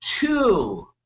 two